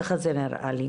ככה זה נראה לי.